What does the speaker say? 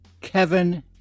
Kevin